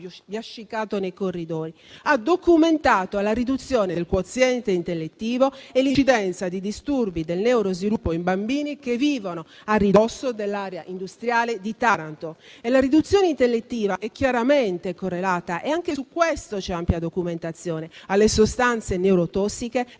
nei corridoi - la riduzione del quoziente intellettivo e l'incidenza di disturbi del neuro sviluppo in bambini che vivono a ridosso dell'area industriale di Taranto. La riduzione intellettiva è chiaramente correlata - e anche su questo c'è ampia documentazione - alle sostanze neurotossiche